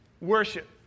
worship